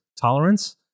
tolerance